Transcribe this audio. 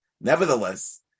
Nevertheless